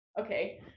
okay